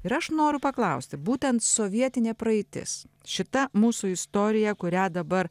ir aš noriu paklausti būtent sovietinė praeitis šita mūsų istorija kurią dabar